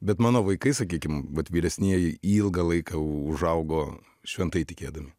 bet mano vaikai sakykim vat vyresnieji ilgą laiką užaugo šventai tikėdami